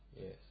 Yes